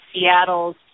Seattle's